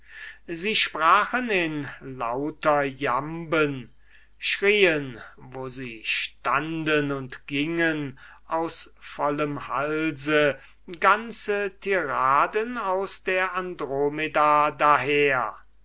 sie sprachen in lauter jamben schrien wo sie stunden und gingen aus vollem halse ganze tiraden aus der andromeda daher